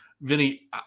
Vinny